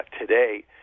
today